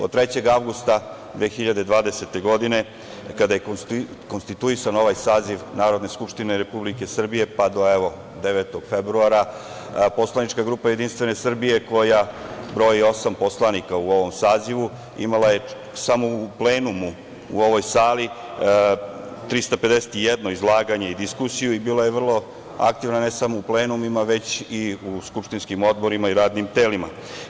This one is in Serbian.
Od 3. avgusta 2020. godine, kada je konstituisan ovaj saziv Narodne skupštine Republike Srbije, pa evo do 9. februara poslanička grupa JS, koja broji osam poslanika u ovom sazivu, imala je samo u plenumu u ovoj sali 351 izlaganje i diskusiju, bila je vrlo aktivna, ne samo u plenumima, već i u skupštinskim odborima i radnim telima.